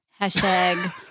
Hashtag